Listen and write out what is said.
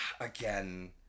again